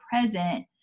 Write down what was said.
present